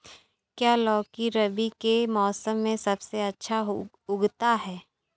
क्या लौकी रबी के मौसम में सबसे अच्छा उगता है?